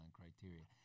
criteria